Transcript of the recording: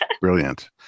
Brilliant